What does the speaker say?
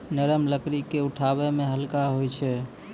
नरम लकड़ी क उठावै मे हल्का होय छै